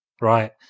right